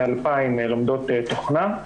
כ-2,000 לומדות תוכנה.